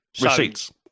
Receipts